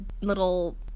little